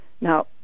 Now